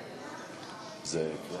ההצעה